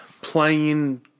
playing